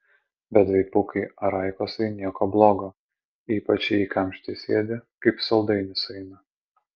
bet veipukai ar aikosai nieko blogo ypač jei kamšty sėdi kaip saldainis eina